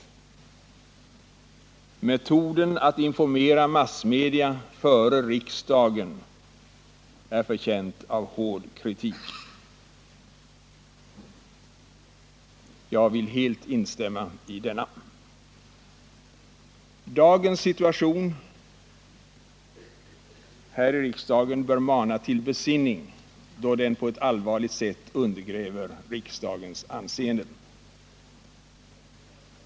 Regeringens metod att informera massmedia före riksdagen är också förtjänt av hård kritik. Jag vill starkt understryka detta. Dagens situation här i riksdagen bör mana till besinning, då den enligt min uppfattning på ett allvarligt sätt undergräver riksdagens anseende.